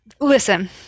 Listen